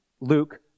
Luke